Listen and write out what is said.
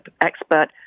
expert